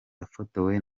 yafotowe